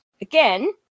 again